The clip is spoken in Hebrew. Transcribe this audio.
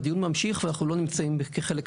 מאושרות תוכניות